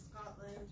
Scotland